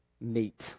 meet